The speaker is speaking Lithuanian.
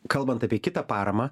kalbant apie kitą paramą